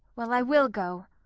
well, i will go.